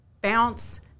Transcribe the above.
bounce